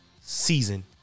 season